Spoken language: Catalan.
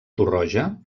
torroja